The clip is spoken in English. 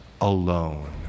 alone